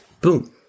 Boom